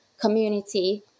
community